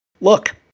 look